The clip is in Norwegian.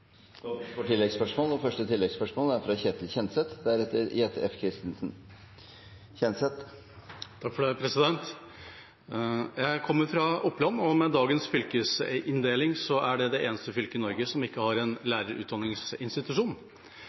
Det åpnes for oppfølgingsspørsmål – først Ketil Kjenseth. Jeg kommer fra Oppland, og med dagens fylkesinndeling er det det eneste fylket i Norge som ikke har en lærerutdanningsinstitusjon.